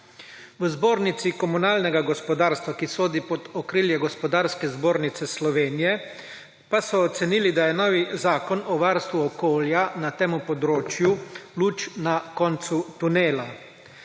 V Zbornici komunalnega gospodarstva, ki sodi pod okrilje Gospodarske zbornice Slovenije, pa so ocenili, da je novi zakon o varstvu okolja na temu področju luč na koncu tunela.